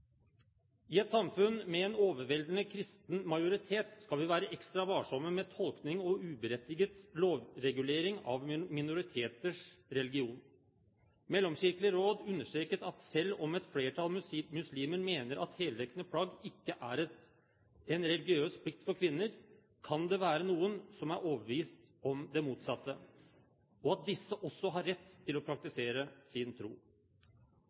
I et samfunn med en overveldende kristen majoritet skal vi være ekstra varsomme med tolkning og uberettiget lovregulering av minoriteters religion. Mellomkirkelig råd understreket at selv om et flertall muslimer mener at heldekkende plagg ikke er en religiøs plikt for kvinner, kan det være noen som er overbevist om det motsatte, og at disse også har rett til å praktisere sin tro.